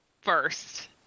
first